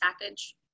package